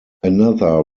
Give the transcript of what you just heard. another